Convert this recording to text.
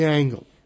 angle